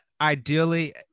ideally